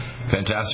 Fantastic